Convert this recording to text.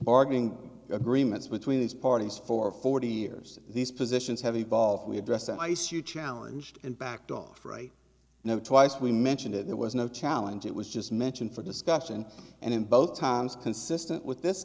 bargaining agreements between these parties for forty years these positions have evolved we addressed ice you challenge and backed off right now twice we mentioned it there was no challenge it was just mentioned for discussion and in both times consistent with this